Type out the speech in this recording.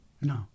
No